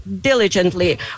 diligently